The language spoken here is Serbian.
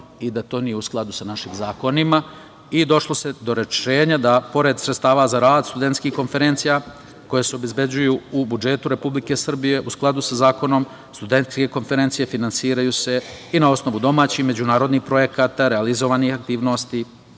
i da to nije u skladu sa našim zakonima i došlo se do rešenja da pored sredstava za rad studentskih konferencija, koje se obezbeđuju u budžetu Republike Srbije u skladu sa zakonom studentske konferencije finansiraju se i na osnovu domaćih i međunarodnih projekata, realizovanih aktivnosti,